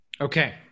Okay